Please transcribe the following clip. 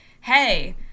hey